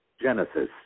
Genesis